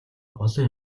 олон